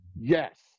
Yes